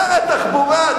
שר התחבורה?